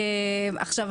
עכשיו,